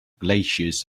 glaciers